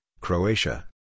Croatia